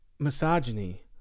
Misogyny